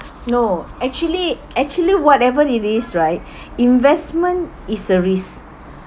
no actually actually whatever it is right investment is a risk